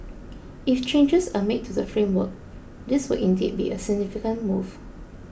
if changes are made to the framework this would indeed be a significant move